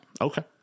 Okay